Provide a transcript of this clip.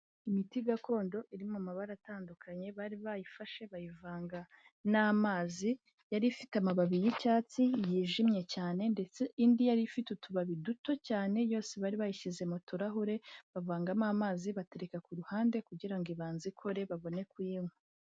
Imiti gakondo iri mu mabara atandukanye bari bayifashe bayivanga n'amazi yari ifite amababi y'icyatsi yijimye cyane ndetse indi yari ifite utubabi duto cyane, yose bari bayishyize mu turahure bavangamo amazi batereka kuruhande kugira ngo ibanze ikore babone kuyinywa.